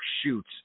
shoot